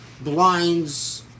blinds